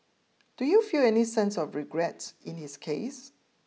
do you feel any sense of regret in his case